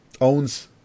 owns